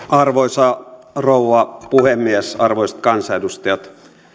arvoisa rouva puhemies arvoisat kansanedustajat